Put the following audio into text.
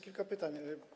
Kilka pytań.